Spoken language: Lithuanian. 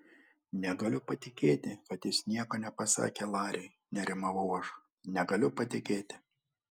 negaliu patikėti kad jis nieko nepasakė lariui nerimau aš negaliu patikėti